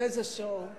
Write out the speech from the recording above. איזה show.